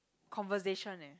conversation eh